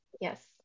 Yes